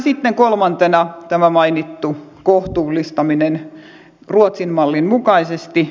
sitten kolmantena tämä mainittu kohtuullistaminen ruotsin mallin mukaisesti